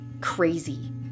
crazy